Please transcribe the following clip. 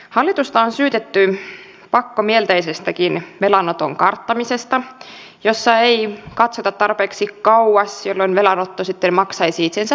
hallitusta on syytetty pakkomielteisestäkin velanoton karttamisesta jossa ei katsota tarpeeksi kauas jolloin velanotto sitten maksaisi itsensä takaisin